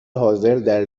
حاضردر